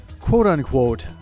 quote-unquote